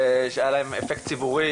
שהיה להן אפקט ציבורי,